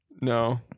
No